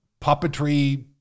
puppetry